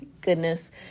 goodness